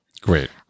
Great